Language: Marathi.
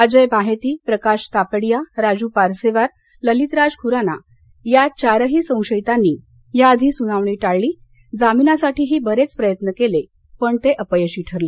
अजय बाहेती प्रकाश तापडीया राजू पार्सेवार ललितराज खुराना या चारही सशयितांनी या आधी सुनावणी टाळली जामिनासाठी बरेच प्रयत्न केले पण ते अपयशी ठरले